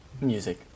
music